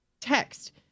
text